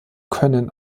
können